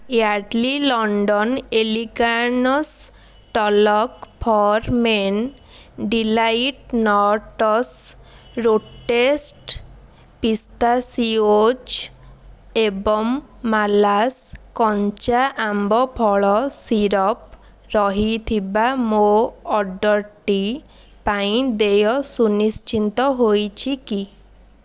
Yardley London elegance talc for men delight nuts roasted pistachios ଏବଂ ମାଲାସ୍ କଞ୍ଚା ଆମ୍ବ ଫଳ ସିରପ୍ ରହିଥିବା ମୋ ଅର୍ଡ଼ର୍ଟି ପାଇଁ ଦେୟ ସୁନିଶ୍ଚିତ ହୋଇଛି କି